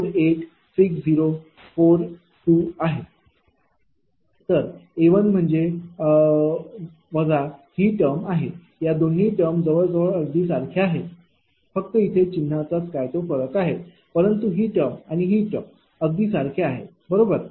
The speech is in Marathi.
तर A1 म्हणजे वजा ही टर्म आहे या दोन्ही टर्म जवळ जवळ अगदी सारख्या आहेत फक्त तेथे चिन्हाचाच काय तो फरक आहे परंतु ही टर्म आणि ही टर्म अगदी सारख्या आहेत बरोबर